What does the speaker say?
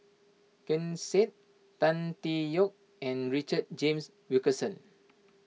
Ken Seet Tan Tee Yoke and Richard James Wilkinson